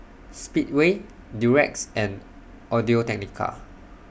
Speedway Durex and Audio Technica